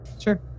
sure